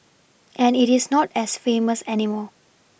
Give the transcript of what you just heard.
and it is not as famous anymore